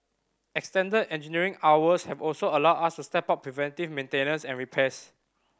extended engineering hours have also allowed us to step up preventive maintenance and repairs